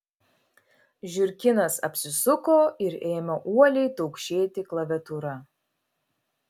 žiurkinas apsisuko ir ėmė uoliai taukšėti klaviatūra